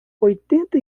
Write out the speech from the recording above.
oitenta